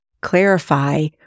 clarify